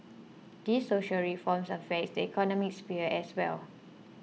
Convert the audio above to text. these social reforms affect the economic sphere as well